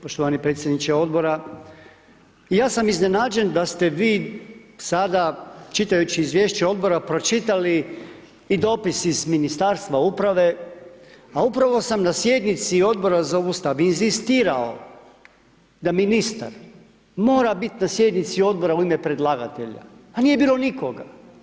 Poštovani predsjedniče Odbora, ja sam iznenađen da ste vi sada čitajući izvješće Odbora pročitali i dopis iz Ministarstva uprave a upravo sam na sjednici Odbora za Ustav inzistirao da ministar mora biti na sjednici odbora u ime predlagatelja, a nije bilo nikoga.